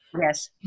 yes